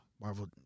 marvel